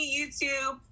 YouTube